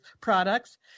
products